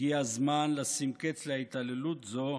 הגיע הזמן לשים קץ להתעללות זו,